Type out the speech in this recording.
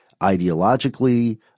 ideologically